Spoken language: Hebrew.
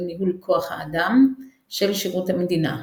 ניהול כוח האדם של שירות המדינה - איתור,